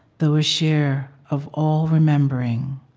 though a share of all remembering,